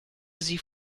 sie